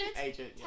agent